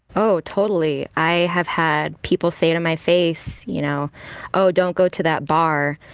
oh, totally. i have had people say to my face, you know oh, don't go to that bar.